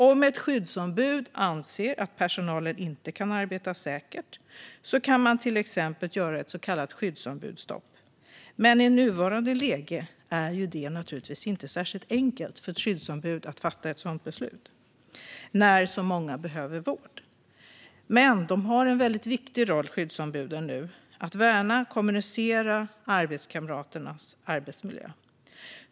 Om ett skyddsombud anser att personalen inte kan arbeta säkert kan man till exempel göra ett så kallat skyddsombudsstopp. Men i nuvarande läge, när så många behöver vård, är det naturligtvis inte särskilt enkelt för ett skyddsombud att fatta ett sådant beslut. Men skyddsombuden har nu en mycket viktig roll att värna och kommunicera arbetskamraternas arbetsmiljö.